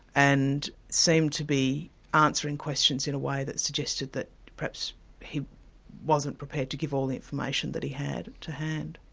and seemed to be answering questions in a way that suggested that perhaps he wasn't prepared to give all the information that he had to hand.